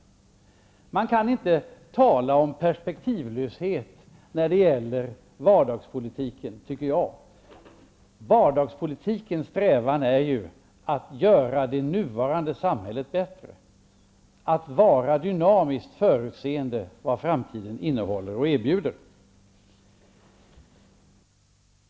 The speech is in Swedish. Man kan, tycker jag, inte tala om perspektivlöshet när det gäller vardagspolitik. Strävan i vardagspolitiken är ju att göra det nuvarande samhället bättre, att vara dynamiskt förutseende när det gäller vad framtiden innehåller och erbjuder.